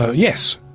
yes.